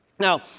Now